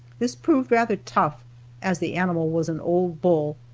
this proved rather tough as the animal was an old bull,